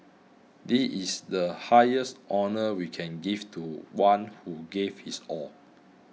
this is the highest honour we can give to one who gave his all